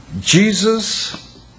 Jesus